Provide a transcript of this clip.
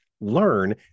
learn